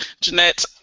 Jeanette